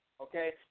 Okay